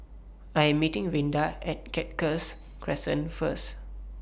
I Am meeting Rinda At Cactus Crescent First